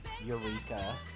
Eureka